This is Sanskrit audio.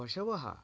पशवः